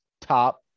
top